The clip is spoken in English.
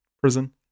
prison